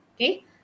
Okay